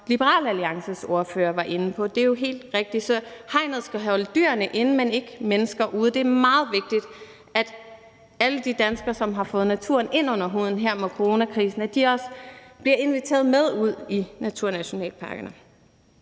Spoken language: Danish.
Liberal Alliances ordfører var inde på. Og det er jo helt rigtigt. Så hegnet skal holde dyrene inde, men ikke mennesker ude. Og det er meget vigtigt, at alle de danskere, som har fået naturen ind under huden her under coronakrisen, også bliver inviteret med ud i naturnationalparkerne.